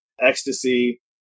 ecstasy